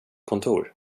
kontor